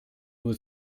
nur